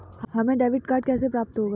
हमें debit card कैसे प्राप्त होगा?